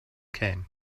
came